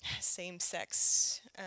same-sex